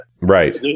Right